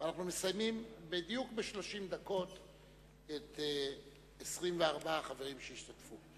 אנחנו מסיימים בדיוק ב-30 דקות את 24 החברים שהשתתפו.